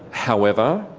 however,